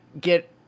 get